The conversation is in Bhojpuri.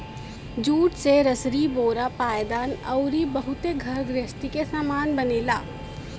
जूट से रसरी बोरा पायदान अउरी बहुते घर गृहस्ती के सामान बनेला